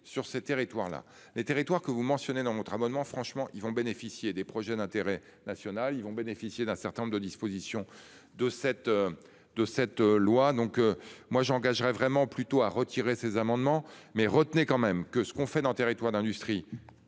sur ces territoires-là les territoires que vous mentionnez dans votre abonnement franchement ils vont bénéficier des projets d'intérêt national. Ils vont bénéficier d'un certain nombre de dispositions de cette. De cette loi. Donc moi j'engagerai vraiment plutôt à retirer ses amendements mais retenez quand même que ce qu'on fait en territoire d'industrie